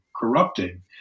corrupting